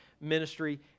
ministry